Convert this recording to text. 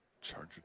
Charge